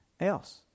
else